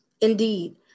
Indeed